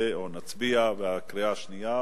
נצביע בקריאה השנייה,